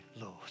Lord